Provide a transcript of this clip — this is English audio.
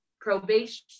probation